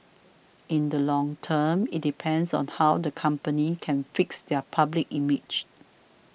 in the long term it depends on how the company can fix their public image